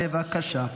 בבקשה.